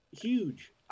huge